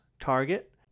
Target